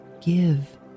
give